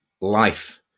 life